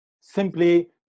simply